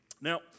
Now